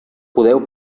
podeu